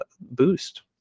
boost